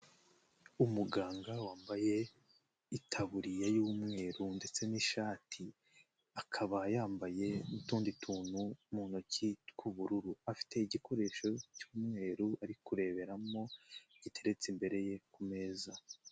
Umuganga wambaye itaburiya y'umweru ndetse n'ishati, akaba yambaye n'utundi tuntu mu ntoki tw'ubururu, afite igikoresho cy'umweru ari kureberamo giteretse imbere ye ku meza.